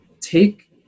take